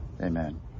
Amen